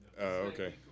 Okay